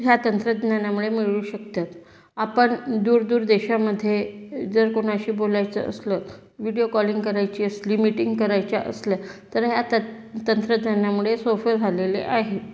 ह्या तंत्रज्ञानामुळे मिळू शकतात आपण दूरदूर देशामध्ये जर कोणाशी बोलायचं असलं व्हिडीओ कॉलिंग करायची असली मीटिंग करायच्या असल्या तर ह्या तत तंत्रज्ञानामुळे सोपे झालेले आहे